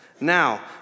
Now